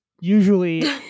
usually